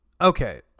okay